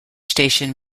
station